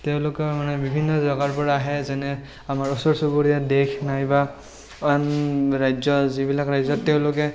তেওঁলোকে মানে বিভিন্ন জেগাৰপৰা আহে যেনে আমাৰ ওচৰ চুবুৰীয়া দেশ নাইবা আন ৰাজ্য যিবিলাক ৰাজ্যত তেওঁলোকে